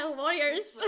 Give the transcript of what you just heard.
warriors